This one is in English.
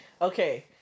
Okay